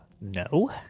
no